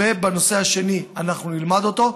ובנושא השני, אנחנו נלמד אותו.